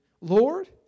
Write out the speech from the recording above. Lord